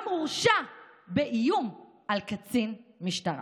הנאשם גם הורשע באיום על קצין משטרה.